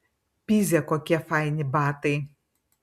pizė kokie faini batai